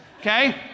Okay